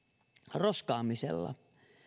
roskaamisella